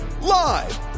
Live